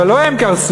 אבל לא הם קרסו,